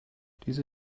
diese